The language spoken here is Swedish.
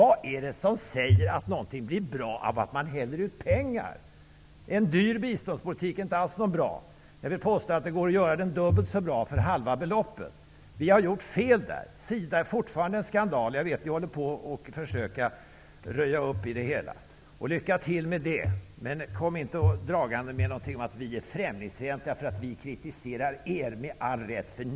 Vad är det som säger att något blir bra av att man häller ut pengar? En dyr biståndspolitik är inte alls bra. Jag vill påstå att det går att göra den dubbelt så bra för halva beloppet. Vi har gjort fel där. SIDA är fortfarande en skandal. Jag vet att ni håller på och försöker röja upp i det hela. Lycka till med det! Men kom inte dragande med att vi är främlingsfientliga därför att vi kritiserar er med all rätt.